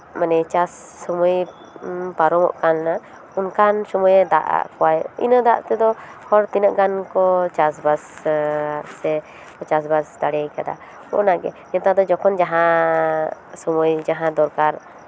ᱢᱟᱱᱮ ᱪᱟᱥ ᱥᱚᱢᱚᱭ ᱯᱟᱨᱚᱢᱚᱜ ᱠᱟᱱᱟ ᱚᱱᱠᱟᱱ ᱥᱚᱢᱚᱭ ᱫᱟᱜ ᱟᱜ ᱠᱚᱣᱟᱭ ᱤᱱᱟᱹ ᱫᱟᱜ ᱛᱮᱫᱚ ᱦᱚᱲ ᱛᱤᱱᱟᱹᱜ ᱜᱟᱱ ᱠᱚ ᱪᱟᱥᱼᱵᱟᱥ ᱥᱮ ᱠᱚ ᱪᱟᱥᱼᱵᱟᱥ ᱫᱟᱲᱮᱭ ᱠᱟᱫᱟ ᱱᱮᱛᱟᱨ ᱰᱚ ᱡᱚᱠᱷᱚᱱ ᱡᱟᱦᱟᱸ ᱥᱚᱢᱚᱭ ᱡᱟᱦᱟᱸ ᱫᱚᱨᱠᱟᱨ